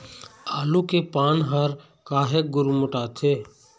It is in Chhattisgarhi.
आलू के पान हर काहे गुरमुटाथे?